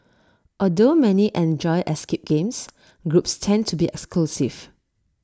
although many enjoy escape games groups tend to be exclusive